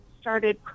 started